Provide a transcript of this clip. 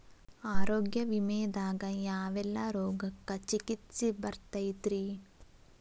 ಆರೋಗ್ಯ ವಿಮೆದಾಗ ಯಾವೆಲ್ಲ ರೋಗಕ್ಕ ಚಿಕಿತ್ಸಿ ಬರ್ತೈತ್ರಿ?